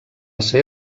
ser